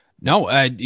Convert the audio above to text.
No